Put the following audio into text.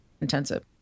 intensive